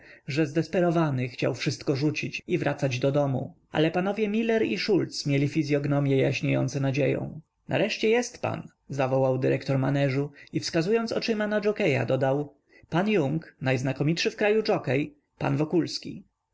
że zdesperowany chciał wszystko rzucić i wracać do domu ale panowie miller i szulc mieli fizyognomie jaśniejące nadzieją nareszcie jest pan zawołał dyrektor maneżu i wskazując oczyma na dżokieja dodał zapoznam panów pan jung najznakomitszy w kraju dżokiej pan wokulski